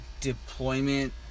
deployment